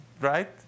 right